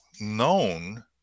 known